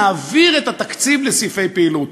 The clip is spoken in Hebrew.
נעביר את התקציב לסעיפי פעילות.